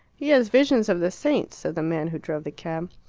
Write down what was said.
he has visions of the saints, said the man who drove the cab.